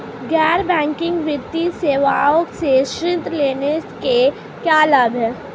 गैर बैंकिंग वित्तीय सेवाओं से ऋण लेने के क्या लाभ हैं?